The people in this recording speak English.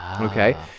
okay